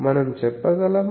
మనం చెప్పగలమా